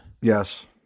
Yes